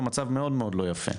מצב מאוד מאוד לא יפה,